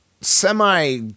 semi